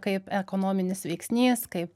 kaip ekonominis veiksnys kaip